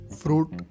fruit